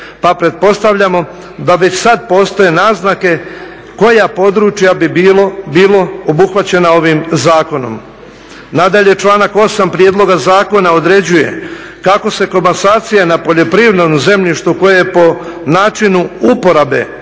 pa pretpostavljamo da već sad postoje naznake koja područja bi bila obuhvaćena ovih zakonom. Nadalje, članak 8. prijedloga zakona određuje kako se komasacija na poljoprivrednom zemljištu koje po načinu uporabe vinograd,